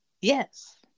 yes